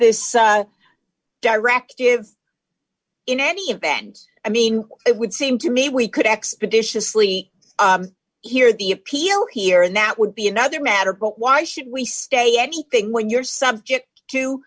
this directive in any event i mean it would seem to me we could expeditiously hear the appeal here and that would be another matter but why should we stay anything when you're subject to